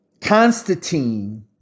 Constantine